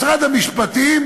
משרד המשפטים